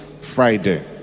Friday